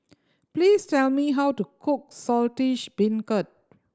please tell me how to cook Saltish Beancurd